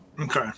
Okay